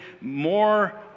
more